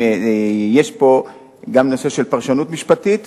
יש פה גם נושא של פרשנות משפטית,